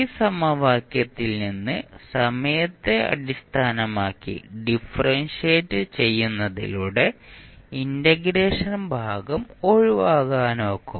ഈ സമവാക്യത്തിൽ നിന്ന് സമയത്തെ അടിസ്ഥാനമാക്കി ഡിഫറെൻഷിയേറ്റ് ചെയ്യുന്നതിലൂടെ ഇന്റഗ്രേഷൻ ഭാഗം ഒഴിവാക്കാനാകും